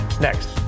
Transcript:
Next